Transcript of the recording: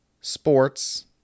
sports